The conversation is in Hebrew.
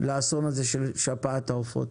לאסון הזה של שפעת העופות,